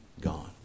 gone